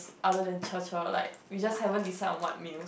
other than like we just haven't decide on what meals